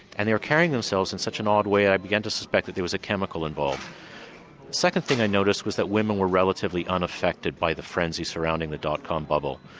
and they were carrying themselves in such an odd way i began to suspect that there was a chemical involved. the second thing i noticed was that women were relatively unaffected by the frenzy surrounding the dot com bubble.